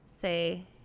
say